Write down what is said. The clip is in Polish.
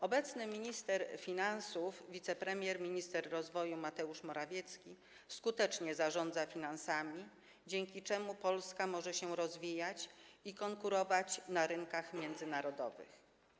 Obecny minister finansów, minister rozwoju, wicepremier Mateusz Morawiecki skutecznie zarządza finansami, dzięki czemu Polska może się rozwijać i konkurować na rynkach międzynarodowych.